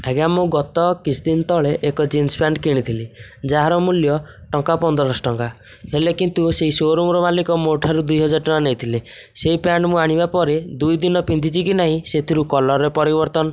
ଆଜ୍ଞା ମୁଁ ଗତ କିଛିଦିନ ତଳେ ଏକ ଜିନ୍ସ ପ୍ୟାଣ୍ଟ୍ କିଣିଥିଲି ଯାହାର ମୂଲ୍ୟ ଟଙ୍କା ପନ୍ଦରଶହ ଟଙ୍କା ହେଲେ କିନ୍ତୁ ସେହି ଶୋ ରୁମ୍ର ମାଲିକ ମୋ ଠାରୁ ଦୁଇ ହଜାର ଟଙ୍କା ନେଇଥିଲେ ସେହି ପ୍ୟାଣ୍ଟ୍ ମୁଁ ଆଣିବା ପରେ ଦୁଇ ଦିନ ପିନ୍ଧିଛି କି ନାଇଁ ସେଥିରୁ କଲର୍ରେ ପରିବର୍ତ୍ତନ